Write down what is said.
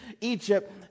Egypt